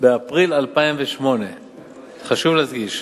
באפריל 2008 חשוב להדגיש.